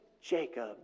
Jacob